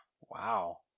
Wow